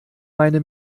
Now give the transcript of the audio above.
meine